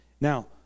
Now